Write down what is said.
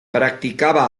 practicava